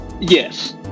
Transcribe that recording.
Yes